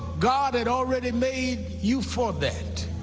god had already made you for that.